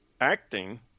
acting